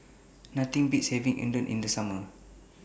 Nothing Beats having Udon in The Summer